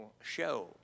show